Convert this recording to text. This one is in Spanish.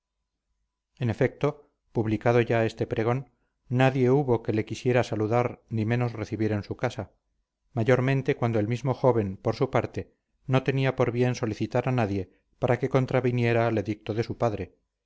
en efecto publicado ya este pregón nadie hubo que le quisiera saludar ni menos recibir en su casa mayormente cuando el mismo joven por su parte no tenía por bien solicitar a nadie para que contraviniera al edicto de su padre